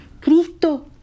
Cristo